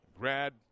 Grad